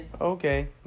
Okay